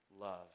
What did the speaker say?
love